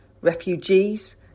Refugees